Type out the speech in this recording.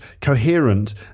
coherent